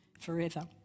forever